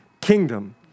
kingdom